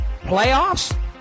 Playoffs